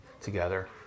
together